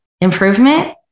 improvement